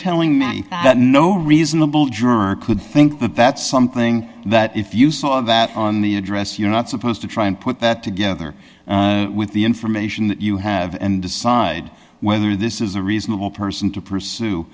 telling me that no reasonable juror could think that that's something that if you saw that on the address you're not supposed to try and put that together with the information that you have and decide whether this is a reasonable person to pursue